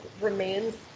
remains